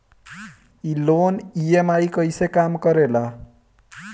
ई loan EMI कईसे काम करेला?